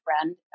friend